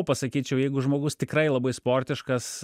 pasakyčiau jeigu žmogus tikrai labai sportiškas